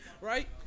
right